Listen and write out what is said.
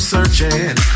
Searching